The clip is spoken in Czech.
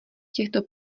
těchto